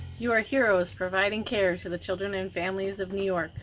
you are heroes providing care to the children and families of new york.